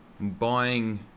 buying